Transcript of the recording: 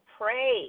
pray